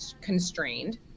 constrained